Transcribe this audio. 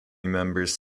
members